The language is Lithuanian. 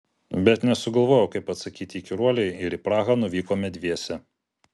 bet nesugalvojau kaip atsakyti įkyruolei ir į prahą nuvykome dviese